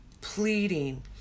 pleading